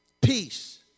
peace